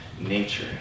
nature